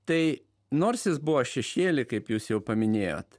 tai nors jis buvo šešėly kaip jūs jau paminėjot